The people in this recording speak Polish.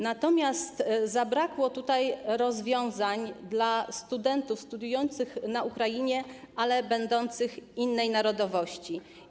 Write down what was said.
Natomiast zabrakło tutaj rozwiązań dla studentów studiujących na Ukrainie, ale będących innej narodowości.